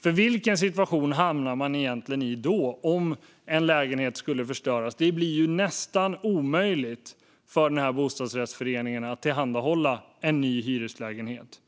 För vilken situation hamnar man egentligen i om en lägenhet skulle förstöras? Det blir ju nästan omöjligt för en bostadsrättsförening att tillhandahålla en ny hyreslägenhet.